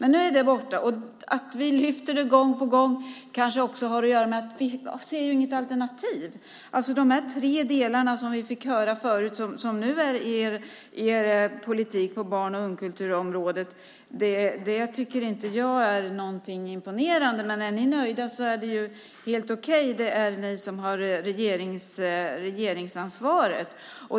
Nu är det borta, men att vi lyfter upp det gång på gång kanske har att göra med att vi inte ser något alternativ. De tre delarna som vi fick höra om tidigare, och som nu är er politik på barn och ungkulturområdet, tycker jag inte är imponerande, men om ni är nöjda så är det helt okej. Det är ni som har regeringsansvaret.